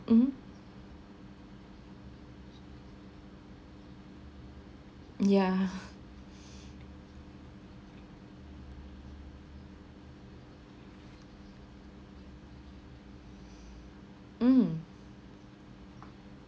mm yeah mm